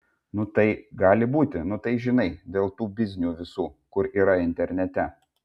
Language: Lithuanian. nu tai gali būti nu tai žinai dėl tų biznių visų kur yra internete